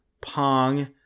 Pong